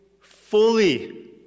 fully